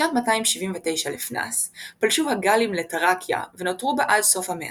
בשנת 279 לפנה"ס פלשו הגאלים לתראקיה ונותרו בה עד סוף המאה.